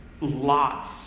lots